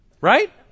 right